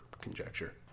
conjecture